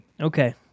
Okay